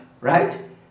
right